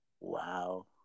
Wow